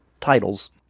titles